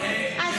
מירב,